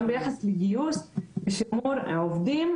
גם ביחס לגיוס ושימור העובדים,